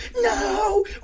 No